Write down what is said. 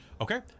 Okay